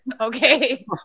Okay